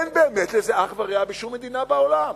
אין לזה אח ורע בשום מדינה בעולם.